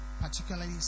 particularly